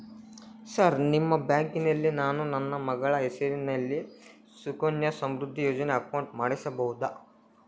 Sir ನಿಮ್ಮ ಬ್ಯಾಂಕಿನಲ್ಲಿ ನಾನು ನನ್ನ ಮಗಳ ಹೆಸರಲ್ಲಿ ಸುಕನ್ಯಾ ಸಮೃದ್ಧಿ ಯೋಜನೆ ಅಕೌಂಟ್ ಮಾಡಿಸಬಹುದಾ?